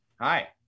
Hi